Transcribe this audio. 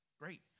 Great